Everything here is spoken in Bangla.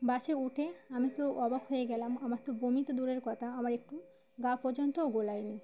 বাসে উঠে আমি তো অবাক হয়ে গেলাম আমার তো বমি তো দূরের কথা আমার একটু গা পর্যন্তও গোলায়নি